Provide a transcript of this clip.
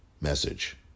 message